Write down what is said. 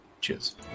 Cheers